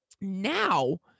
Now